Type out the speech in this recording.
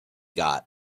got